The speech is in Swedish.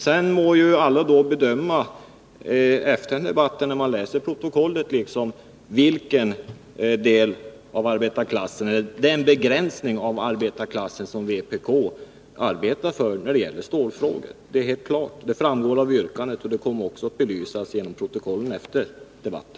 Sedan må alla bedöma, när de läser protokollet efter debatten, vilken del av arbetarklassen som vpk arbetar för när det gäller stålfrågan. Det framgår av yrkandet och kommer också att belysas i protokollet efter debatten.